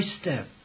step